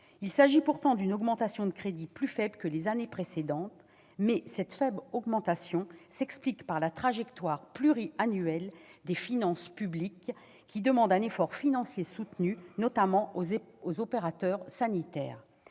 Il s'agit d'une augmentation de crédits plus faible que les années précédentes, cette faiblesse s'expliquant par la trajectoire pluriannuelle des finances publiques, qui demande un effort financier soutenu, notamment aux opérateurs sanitaires.